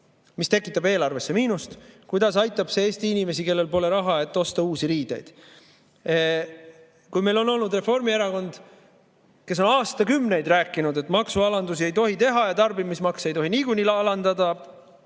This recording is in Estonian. mis tekitab eelarvesse miinust, Eesti inimesi, kellel pole raha, et osta uusi riideid? Meil on olnud Reformierakond, kes on aastakümneid rääkinud, et maksualandusi ei tohi teha ja tarbimismakse ei tohi alandada